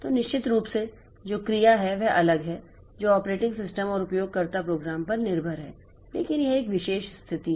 तो निश्चित रूप से जो क्रिया है वह अलग है जो ऑपरेटिंग सिस्टम और उपयोगकर्ता प्रोग्राम पर निर्भर है लेकिन यह एक विशेष स्थिति है